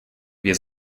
wir